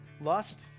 lust